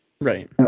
Right